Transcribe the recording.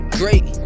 great